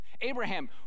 Abraham